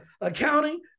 Accounting